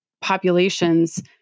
populations